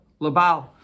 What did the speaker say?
Labal